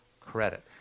credit